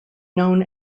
known